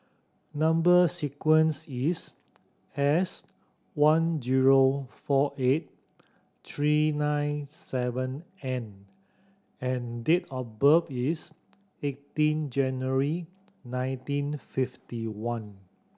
number sequence is S one zero four eight three nine seven N and date of birth is eighteen January nineteen fifty one